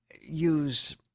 use